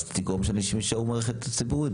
אז תגרום שאנשים יישארו במערכת הציבורית,